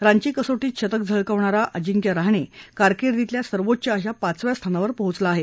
रांची कसोटीत शतक झळकावणारा अजिंक्य रहाणे कारकिर्दीतल्या सर्वोच्च अशा पाचव्या स्थानावर पोहोचला आहे